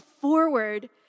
forward